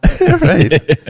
Right